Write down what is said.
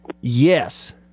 Yes